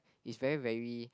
it's very very